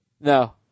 No